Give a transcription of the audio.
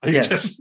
Yes